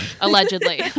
Allegedly